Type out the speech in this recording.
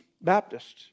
Baptists